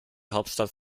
hauptstadt